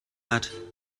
hat